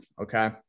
okay